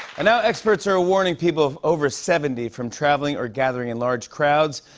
and now experts are warning people over seventy from traveling or gathering in large crowds.